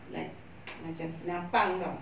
like macam senapang [tau]